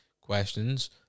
questions